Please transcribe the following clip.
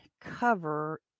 cover